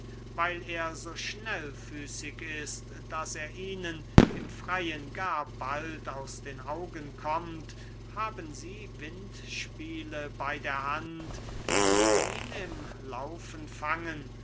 weil er so schnellfüßig ist daß er ihnen im freyen gar bald aus den augen kommt haben sie windspiele bey der hand die ihn im laufen fangen